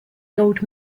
gold